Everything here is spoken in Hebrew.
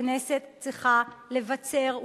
הכנסת צריכה לבצר,